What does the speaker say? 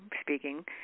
speaking